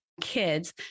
kids